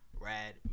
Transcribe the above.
Rad